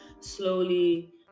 Slowly